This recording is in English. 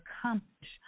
accomplish